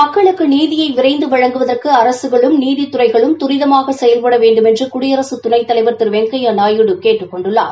மக்களுக்கு நீதியை விரைந்து வழங்குவதற்கு அரக்களும் நீதித்துறைகளும் துரிதமாக செயல்பட வேண்டுமென்று குடியரசுத் துணைத்தலைவர் திரு திரு வெங்கையாநாயுடு கேட்டுக் கொண்டுள்ளார்